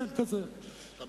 זה מה